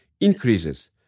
increases